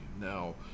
now